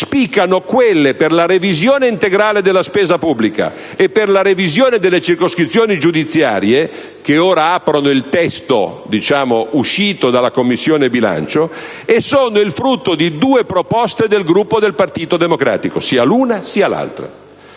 spiccano quelle per la revisione integrale della spesa pubblica e per la revisione delle circoscrizioni giudiziarie - che ora aprono il testo del decreto - e sono il frutto di due proposte del Gruppo del Partito Democratico. Se il Governo